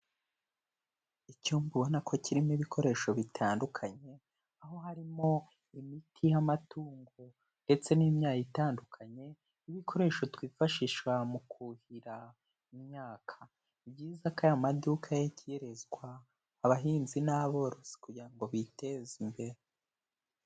Icyumba ubona ko kirimo ibikoresho bitandukanye, aho harimo imiti y'amatungo ndetse n'imyayi itandukanye n'ibikoresho twifashisha mu kuhira imyaka. Ni byiza ko aya maduka yegezwa abahinzi n'aborozi kugira ngo biteze imbere.